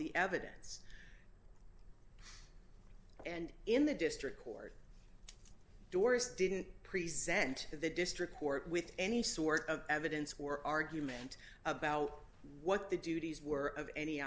the evidence and in the district court doris didn't present the district court with any sort of evidence or argument about what the duties were of any